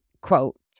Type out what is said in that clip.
quote